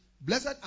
blessed